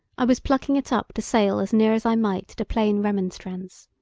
i was plucking it up to sail as near as i might to plain remonstrance!